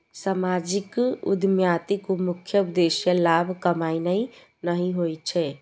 सामाजिक उद्यमिताक मुख्य उद्देश्य लाभ कमेनाय नहि होइ छै